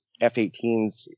F-18s